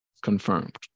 Confirmed